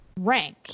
rank